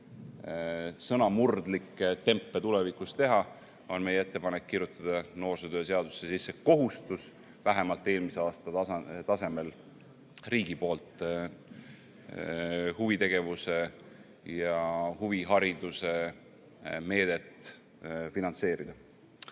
sõnamurdlikke tempe tulevikus teha, on meie ettepanek kirjutada noorsootöö seadusesse sisse kohustus, et vähemalt eelmise aasta tasemel tuleb riigil huvitegevuse ja huvihariduse meedet finantseerida.